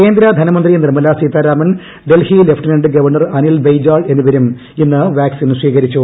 കേന്ദ്ര ധനമന്ത്രി Nirmala Sitharaman Delhi lieutenant governor Anil Baijal എന്നിവരും ഇന്ന് വാക്സിൻ സ്വീകരിച്ചു